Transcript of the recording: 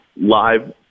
live